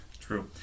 True